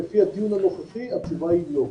לפי הדיון הנוכחי התשובה היא לא.